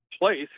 place